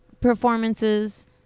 performances